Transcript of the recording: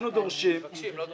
אנחנו דורשים -- מבקשים, לא דורשים.